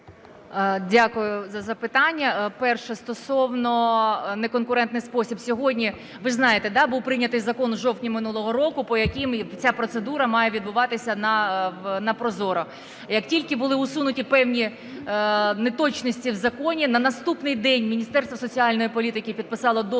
Дякую за запитання. Перше – стосовно в неконкурентний спосіб. Сьогодні, ви ж знаєте, да, був прийнятий закон в жовтні минулого року, по якому ця процедура має відбуватися на ProZorro. Як тільки були усунуті певні неточності в законі, на наступний день Міністерство соціальної політики підписало договір